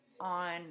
on